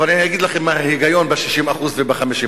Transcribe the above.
אבל אני אגיד לכם מה ההיגיון ב-60% וב-50%.